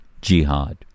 jihad